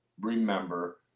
remember